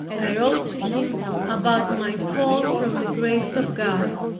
i wrote to him about my fall from the grace of god,